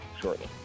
shortly